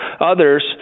others